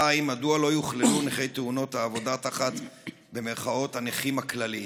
2. מדוע לא יוכללו נכי תאונות העבודה תחת "הנכים הכלליים"?